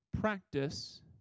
practice